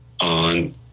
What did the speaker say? on